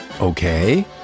Okay